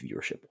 viewership